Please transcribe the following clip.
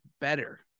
better